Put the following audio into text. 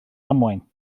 ddamwain